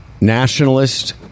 Nationalist